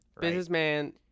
Businessman